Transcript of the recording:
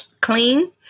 clean